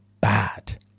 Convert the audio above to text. bad